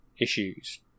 issues